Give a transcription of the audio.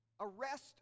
arrest